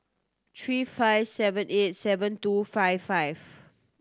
three five seven eight seven two five five